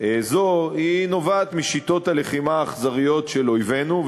זו נובעת משיטות הלחימה האכזריות של אויבינו.